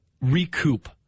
recoup